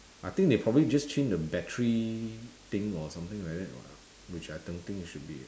I think they probably just change the battery thing or something like that [what] which I don't think it should be